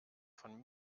von